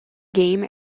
game